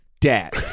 dad